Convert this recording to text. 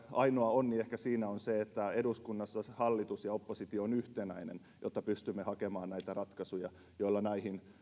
ainoa onni siinä on se että eduskunnassa hallitus ja oppositio on yhtenäinen jotta pystymme hakemaan näitä ratkaisuja joilla näihin